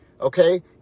okay